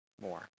more